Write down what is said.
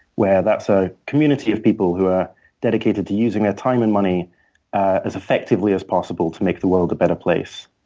where that's a community of people who are dedicated to using their time and money ah as effectively as possible to make the world a better place.